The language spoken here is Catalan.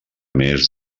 més